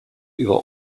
über